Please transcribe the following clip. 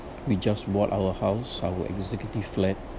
we just bought our house our executive flat